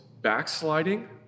backsliding